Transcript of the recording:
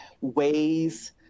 ways